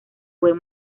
buen